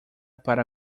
para